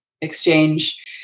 exchange